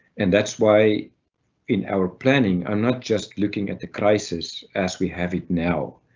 and that's why in our planning, i'm not just looking at the crisis as we have it now.